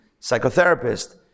psychotherapist